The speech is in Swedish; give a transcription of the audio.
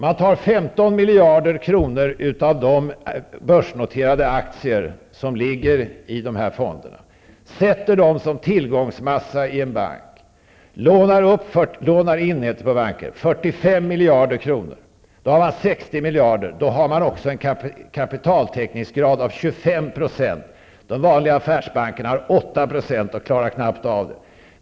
Man tar 15 miljarder kronor av de börsnoterade aktier som ligger i de här fonderna, sätter dem som tillgångsmassa i en bank, och lånar in -- som det heter på banken -- 45 miljarder kronor. Då har man 60 miljarder, och då har man också en kapitaltäckningsgrad på 25 %. De vanliga affärsbankerna har 8 %, och klarar knappt av det.